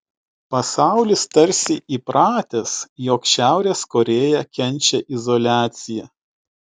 pasaulis tarsi įpratęs jog šiaurės korėja kenčia izoliaciją